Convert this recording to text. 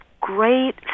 great